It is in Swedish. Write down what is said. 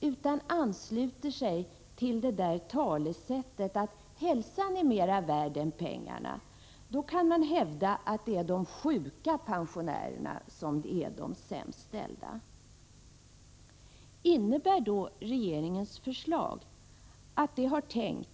utan i stället ansluter till talesättet om att hälsan är mera värd än pengarna, kan man hävda att det är de sjuka pensionärerna som är de sämst ställda. Innebär då regeringens förslag att man